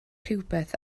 rhywbeth